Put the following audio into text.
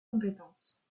compétences